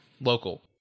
local